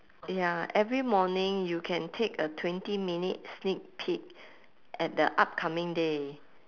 ya every morning you can take a twenty minute sneak peek at the upcoming day